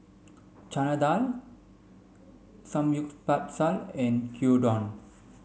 Chana Dal Samgyeopsal and Gyudon